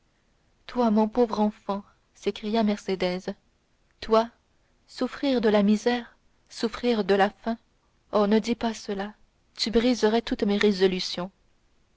toi mon pauvre enfant s'écria mercédès toi souffrir de la misère souffrir de la faim oh ne dis pas cela tu briseras toutes mes résolutions